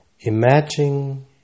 Imagine